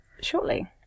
shortly